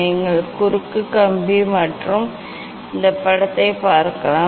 நீங்கள் குறுக்கு கம்பி மற்றும் இந்த படத்தை பார்க்கலாம்